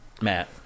Matt